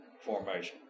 formation